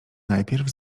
najpierw